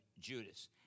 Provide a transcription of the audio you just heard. Judas